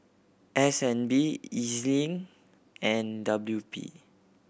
S N B E Z Link and W P